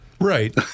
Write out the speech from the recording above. Right